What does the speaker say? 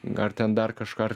ar ten dar kažką ar